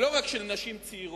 ולא רק של נשים צעירות